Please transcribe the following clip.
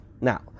now